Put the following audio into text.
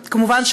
כמובן,